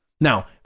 Now